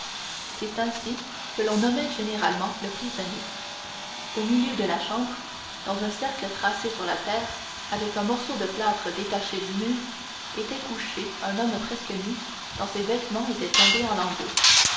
c'est ainsi que l'on nommait généralement le prisonnier au milieu de la chambre dans un cercle tracé sur la terre avec un morceau de plâtre détaché du mur était couché un homme presque nu tant ses vêtements étaient tombés en lambeaux